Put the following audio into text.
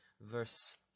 verse